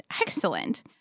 Excellent